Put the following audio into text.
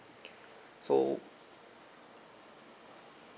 so